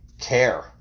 care